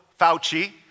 Fauci